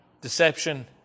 deception